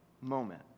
moment